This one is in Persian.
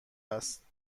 است